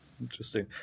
Interesting